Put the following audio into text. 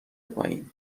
پایین